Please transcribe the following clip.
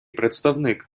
представник